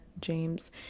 James